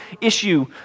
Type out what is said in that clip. issue